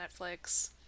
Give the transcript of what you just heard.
Netflix